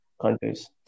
countries